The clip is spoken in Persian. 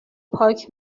پاک